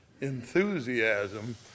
enthusiasm